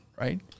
right